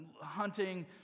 hunting